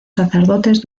sacerdotes